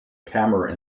camera